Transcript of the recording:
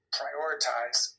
prioritize